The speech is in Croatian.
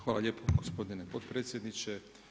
Hvala lijepo gospodine potpredsjedniče.